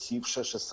משרד הכלכלה, בבקשה.